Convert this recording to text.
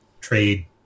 trade